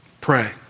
pray